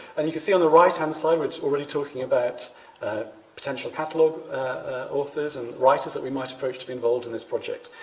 and you can see on the right-hand side which is already talking about potential catalog authors and writers that we might approach to be involved in this project.